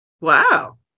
Wow